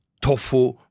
tofu